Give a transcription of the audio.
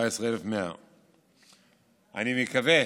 אני מקווה